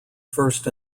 first